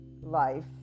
life